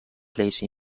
place